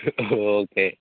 okay